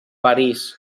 parís